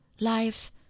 life